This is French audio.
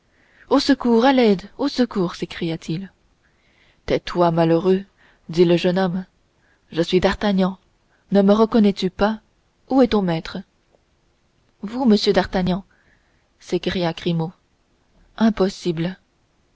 au secours à l'aide au secours s'écria-t-il tais-toi malheureux dit le jeune homme je suis d'artagnan ne me reconnais-tu pas où est ton maître vous monsieur d'artagnan s'écria grimaud épouvanté impossible